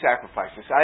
sacrifices